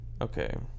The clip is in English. Okay